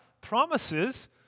promises